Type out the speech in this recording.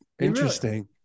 Interesting